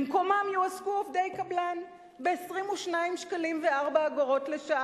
במקומם יועסקו עובדי קבלן ב-22.04 שקלים לשעה,